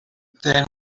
then